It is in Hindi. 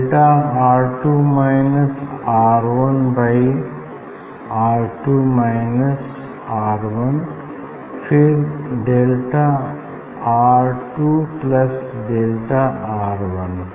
delta R two minus R one by R two minus R one और फिर delta R two plus delta R one